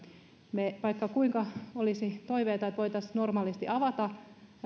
vaikka kuinka olisi toiveita että voitaisiin normaalisti avata